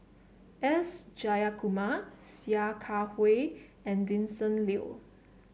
S Jayakumar Sia Kah Hui and Vincent Leow